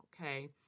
Okay